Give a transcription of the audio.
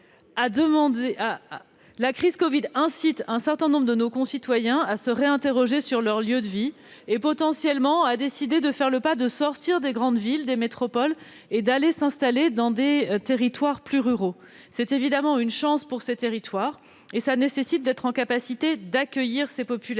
La crise de la covid incite un certain nombre de nos concitoyens à s'interroger sur leur lieu de vie et, potentiellement, à sortir des grandes villes et des métropoles pour aller s'installer dans des territoires plus ruraux. C'est évidemment une chance pour ces territoires, qui doivent être en capacité d'accueillir ces populations.